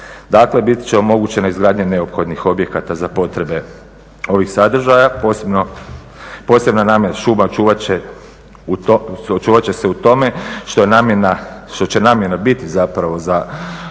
Dakle biti će omogućena izgradnja neophodnih objekata za potrebe ovih sadržaja. Posebnu namjenu šuma čuvat će se u tome što će namjena biti za kamp